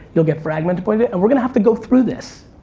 you'll get fragmented points, and we're gonna have to go through this.